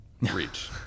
reach